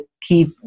keep